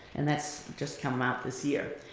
and that's just come out this year.